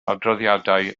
adroddiadau